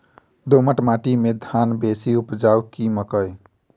दोमट माटि मे धान बेसी उपजाउ की मकई?